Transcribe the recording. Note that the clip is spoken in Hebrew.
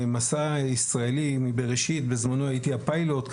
מסע הישראלי מבראשית, בזמנו הייתי הפיילוט.